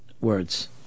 words